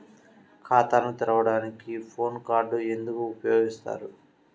ఖాతాను తెరవడానికి PAN card ఎందుకు అవసరము?